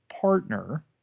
partner